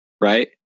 right